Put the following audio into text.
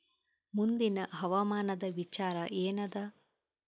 ಮುಂದಿನ ಹವಾಮಾನದ ವಿಚಾರ ಏನದ?